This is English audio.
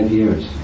years